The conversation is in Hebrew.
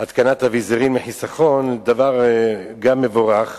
התקנת אביזרים לחיסכון, דבר גם מבורך.